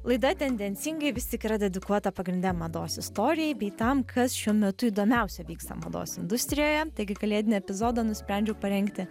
laida tendencingai vis tik yra dedikuota pagrinde mados istorijai bei tam kas šiuo metu įdomiausia vyksta mados industrijoje taigi kalėdinį epizodą nusprendžiau parengti